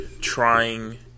trying